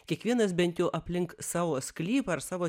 kiekvienas bent jau aplink savo sklypą ir savo